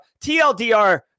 TLDR